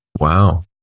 wow